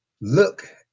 look